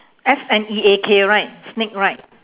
S N E A K right sneak right